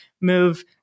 move